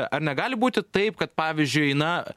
ar negali būti taip kad pavyzdžiui na